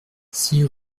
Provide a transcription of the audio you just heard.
six